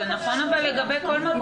אבל זה נכון לגבי כל מקום סגור.